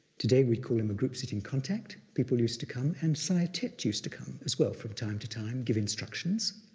today we'd call them a group sitting contact. people used to come and saya thet used to come as well from time to time, give instructions.